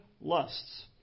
lusts